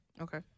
Okay